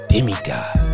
Demigod